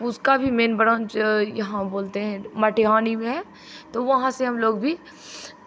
उसका भी main branch यहाँ बोलते हैं मटिहानी में है तो वहाँ से हमलोग भी